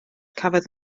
cafodd